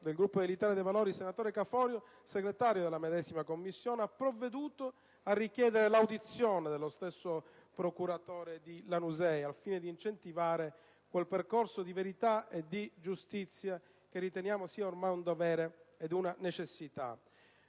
del Gruppo dell'Italia dei Valori, senatore Caforio, segretario della medesima Commissione, ha provveduto a richiedere l'audizione dello stesso procuratore di Lanusei al fine di incentivare quel percorso di verità e giustizia che riteniamo sia ormai un dovere e una necessità.